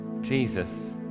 Jesus